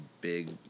Big